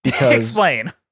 Explain